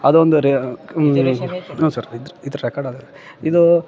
ಅದೊಂದು ರೀ ಇದು